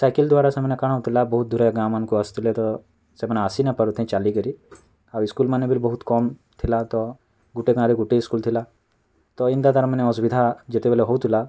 cycle ଦ୍ଵାରା ସେମାନେ କାଣା ହେଉଥିଲା ବହୁତ ଦୂରେ ଗାଁମାନ୍ଙ୍କୁ ଆସୁଥିଲେ ତ ସେମାନେ ଆସିନାଇଁ ପରୁଥାଇ ଚାଲିକରି ଆଉ ଇସ୍କୁଲ୍ମାନେ ବି ବହୁତ କମ୍ ଥିଲା ତ ଗୁଟେ ଗାଁରେ ଗୁଟେ ସ୍କୁଲ୍ ଥିଲା ତ ଇନ୍ତା ତା'ର୍ ମାନେ ଅସୁବିଧା ଯେତେବେଲେ ହେଉଥିଲା